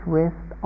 rest